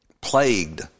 plagued